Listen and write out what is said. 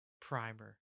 primer